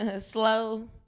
slow